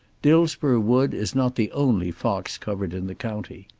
dillsborough wood is not the only fox covert in the county.